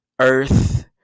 earth